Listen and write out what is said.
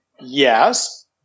Yes